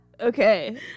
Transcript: okay